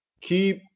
keep